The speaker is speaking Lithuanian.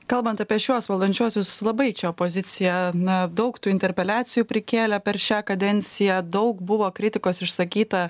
kalbant apie šiuos valdančiuosius labai čia opozicija na daug tų interpeliacijų prikėlė per šią kadenciją daug buvo kritikos išsakyta